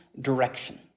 direction